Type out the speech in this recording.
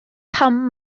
pam